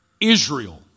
Israel